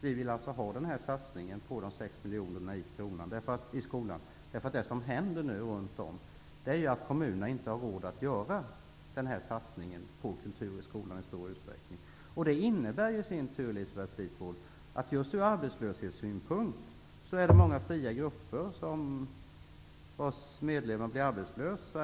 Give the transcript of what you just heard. Vi vill ha denna satsning på 6 miljoner i skolan. Kommunerna har nu nämligen i stor utsträckning inte råd att göra den här satsningen på kultur i skolan. Det innebär i sin tur -- Elisabeth Fleetwood -- att många fria grupper, konstnärer m.fl. blir arbetslösa.